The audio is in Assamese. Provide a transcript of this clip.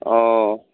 অঁ